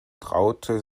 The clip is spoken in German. traute